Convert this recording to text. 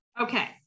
Okay